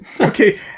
Okay